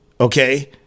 Okay